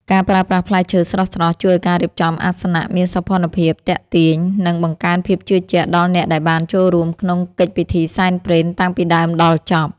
ការប្រើប្រាស់ផ្លែឈើស្រស់ៗជួយឱ្យការរៀបចំអាសនៈមានសោភ័ណភាពទាក់ទាញ និង បង្កើនភាពជឿជាក់ដល់អ្នកដែលបានចូលរួមក្នុងកិច្ចពិធីសែនព្រេនតាំងពីដើមដល់ចប់។